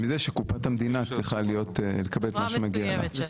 מזה שקופת המדינה צריכה לקבל את מה שמגיע לה.